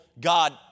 God